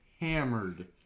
hammered